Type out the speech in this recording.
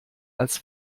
als